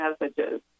messages